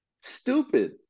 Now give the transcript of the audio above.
Stupid